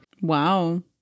Wow